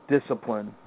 discipline